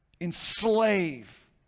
enslave